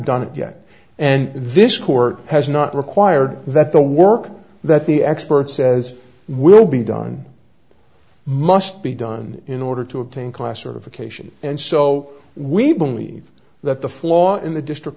done it yet and this court has not required that the work that the expert says will be done must be done in order to obtain class sort of occasion and so we believe that the flaw in the district